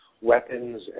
weapons